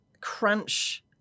crunch